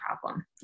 problem